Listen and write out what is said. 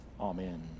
Amen